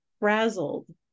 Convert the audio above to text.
frazzled